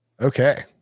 Okay